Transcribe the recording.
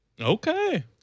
Okay